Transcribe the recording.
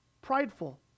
prideful